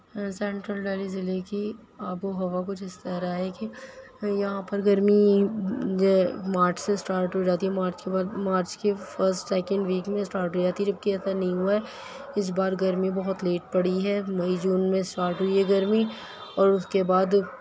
central Delhi ضلع کی آب و ہوا کچھ اس طرح ہے کہ یہاں پر گرمی جا مارچ سے اسٹارٹ ہو جاتی ہے مارچ کے بعد مارچ کے فرسٹ سیکنڈ ویک میں اسٹارٹ ہو جاتی ہے جبکہ ایسا نہیں ہوا اس بار گرمی بہت لیٹ پڑی ہے مئی جون میں اسٹارٹ ہوئی گرمی اور اس کے بعد